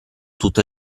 tutto